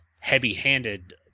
heavy-handed